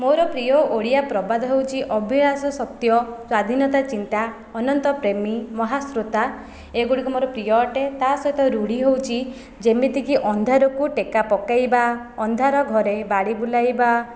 ମୋର ପ୍ରିୟ ଓଡ଼ିଆ ପ୍ରବାଦ ହେଉଛି ଅଭିଳାଷ ସତ୍ୟ ସ୍ୱାଧୀନତା ଚିନ୍ତା ଅନନ୍ତ ପ୍ରେମି ମହା ସ୍ରୋତା ଏଗୁଡ଼ିକ ମୋର ପ୍ରିୟ ଅଟେ ତା ସହିତ ରୂଢ଼ୀ ହେଉଛି ଯେମିତିକି ଅନ୍ଧାରକୁ ଟେକା ପକାଇବା ଅନ୍ଧାର ଘରେ ବାଡ଼ି ବୁଲାଇବା